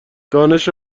دانش